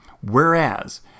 whereas